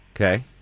Okay